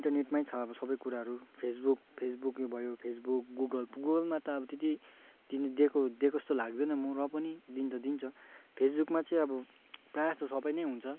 इन्टरनेटमै छ अब सबै कुराहरू फेसबुक फेसबुक यो भयो फेसबुक गुगल गुगलमा त अब त्यति दिन दिएको दिएको जस्तो लाग्दैन म र पनि दिनु त दिन्छ फेसबुकमा चाहिँ अब प्रायः जस्तो सबै नै हुन्छ